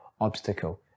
obstacle